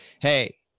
Hey